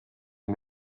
mit